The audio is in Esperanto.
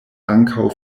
ankaŭ